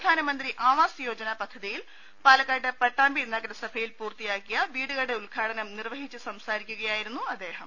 പ്രധാനമന്ത്രി ആവാസ് യോജന പദ്ധതിയിൽ പാലക്കാട്ട് പട്ടാമ്പി നഗരസഭയിൽ പൂർത്തിയാക്കിയ വീടുകളുടെ ഉദ്ഘാടനം നിർവ ഹിച്ച് സംസാരിക്കുകയായിരുന്നു അദ്ദേഹം